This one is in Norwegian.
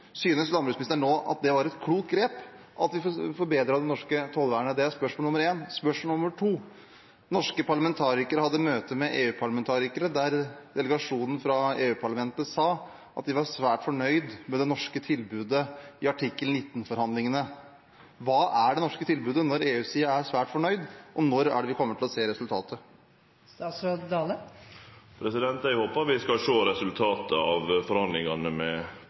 Synes landbruksministeren nå at det var et klokt grep at vi forbedret det norske tollvernet? Det er spørsmål nr. én. Spørsmål nr. 2: Norske parlamentarikere hadde møte med EU-parlamentarikere, der delegasjonen fra EU-parlamentet sa at de var svært fornøyd med det norske tilbudet i artikkel 19-forhandlingene. Hva er det norske tilbudet når EU-siden er svært fornøyd, og når kommer vi til å se resultatet? Eg håpar vi skal sjå resultatet av forhandlingane om artikkel 19 med